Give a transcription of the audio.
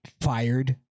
fired